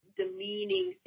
demeaning